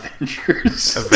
Avengers